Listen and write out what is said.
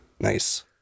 nice